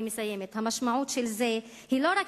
אני מסיימת: המשמעות של זה היא לא רק